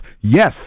Yes